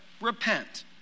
repent